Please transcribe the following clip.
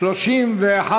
3 נתקבלו.